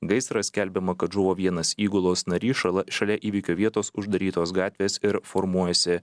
gaisras skelbiama kad žuvo vienas įgulos narys šala šalia įvykio vietos uždarytos gatvės ir formuojasi